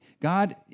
God